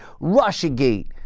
Russiagate